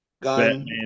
Batman